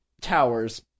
Towers